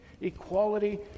equality